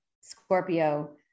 Scorpio